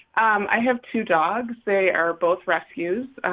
um i have two dogs. they are both rescues.